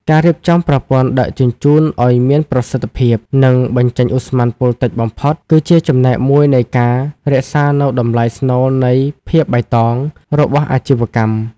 ការរៀបចំប្រព័ន្ធដឹកជញ្ជូនឱ្យមានប្រសិទ្ធភាព និងបញ្ចេញឧស្ម័នពុលតិចបំផុត គឺជាចំណែកមួយនៃការរក្សានូវតម្លៃស្នូលនៃ "ភាពបៃតង" របស់អាជីវកម្ម។